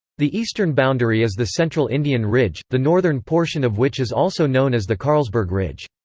the eastern boundary is the central indian ridge, the northern portion of which is also known as the carlsberg ridge.